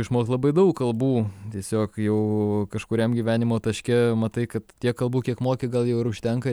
išmokt labai daug kalbų tiesiog jau kažkuriam gyvenimo taške matai kad tiek kalbų kiek moki gal jau ir užtenka